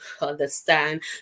understand